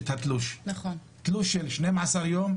תראי פעם את התלוש תלוש של 12 יום,